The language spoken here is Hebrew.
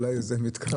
אז אולי זה מתקרב.